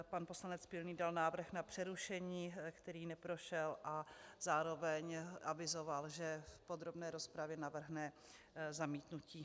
Pan poslanec Pilný dal návrh na přerušení, který neprošel, a zároveň avizoval, že v podrobné rozpravě navrhne zamítnutí.